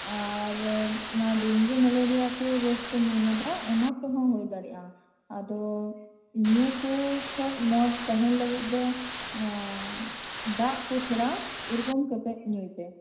ᱟᱨ ᱚᱱᱟ dengue malaria ᱠᱩ ᱨᱳᱜ ᱠᱚ ᱢᱮᱱ ᱮᱫᱟ ᱚᱟᱱ ᱠᱚᱦᱚᱸ ᱦᱩᱭ ᱫᱟᱲᱮᱭᱟᱜᱼᱟ ᱟᱫᱚ ᱱᱤᱭᱟᱹ ᱠᱩ ᱠᱷᱚᱡ ᱢᱚᱸᱡᱽ ᱛᱟᱸᱦᱮᱱ ᱞᱟᱹᱜᱤᱫ ᱛᱮ ᱫᱚ ᱫᱟᱜ ᱠᱚ ᱛᱷᱚᱲᱟ ᱩᱨᱜᱩᱢ ᱠᱟᱛᱮ ᱧᱩᱭ ᱯᱮ